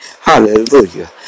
Hallelujah